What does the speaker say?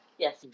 Yes